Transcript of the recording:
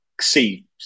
see